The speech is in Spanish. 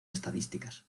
estadísticas